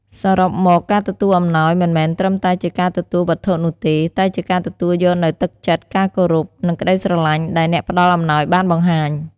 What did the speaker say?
សរុបមក ការទទួលអំណោយមិនមែនត្រឹមតែជាការទទួលវត្ថុនោះទេ តែជាការទទួលយកនូវ ទឹកចិត្ត ការគោរព និងក្តីស្រឡាញ់ ដែលអ្នកផ្តល់អំណោយបានបង្ហាញ។